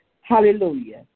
Hallelujah